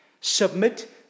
Submit